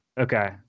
okay